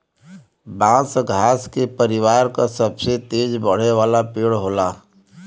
बांस घास के परिवार क सबसे तेज बढ़े वाला पेड़ होला